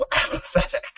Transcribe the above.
apathetic